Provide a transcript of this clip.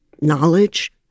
knowledge